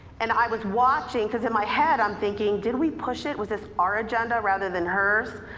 and i was watching because in my head i'm thinking, did we push it, was this our agenda rather than hers?